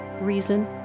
reason